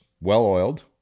well-oiled